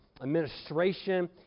administration